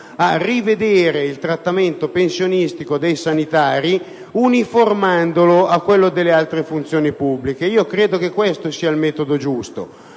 a rivedere il trattamento pensionistico dei sanitari, uniformandolo a quello delle altre funzioni pubbliche. Io ritengo che questo sia il metodo giusto.